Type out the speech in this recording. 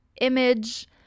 image